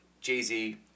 Jay-Z